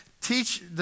teach